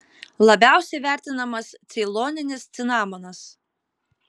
labiausiai vertinamas ceiloninis cinamonas